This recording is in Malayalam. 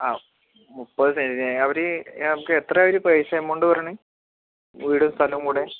ആ മുപ്പതുസെൻറിനു അവര് നമുക്കെത്ര ഒരു പേഴ്സ് എമൗണ്ട് പറയണേ വീടും സ്ഥലവും കൂടെ